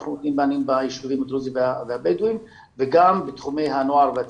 שאנחנו נותנים בישובים הדרוזים והבדואים וגם בתחומי הנוער והצעירים.